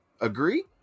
Agree